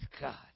God